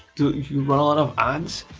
do you run a lot of ads?